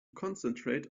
concentrate